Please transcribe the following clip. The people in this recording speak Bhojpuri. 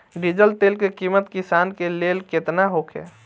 डीजल तेल के किमत किसान के लेल केतना होखे?